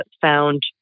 found